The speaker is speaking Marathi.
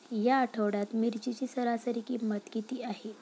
या आठवड्यात मिरचीची सरासरी किंमत किती आहे?